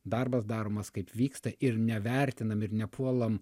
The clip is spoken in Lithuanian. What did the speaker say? darbas daromas kaip vyksta ir nevertinam ir nepuolam